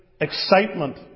excitement